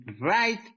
right